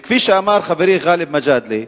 כפי שאמר חברי גאלב מג'אדלה,